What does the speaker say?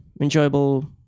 enjoyable